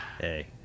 Hey